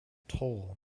toll